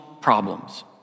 problems